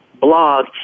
blog